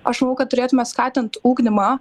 aš manau kad turėtume skatinti ugdymą